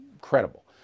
credible